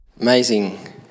amazing